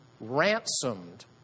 ransomed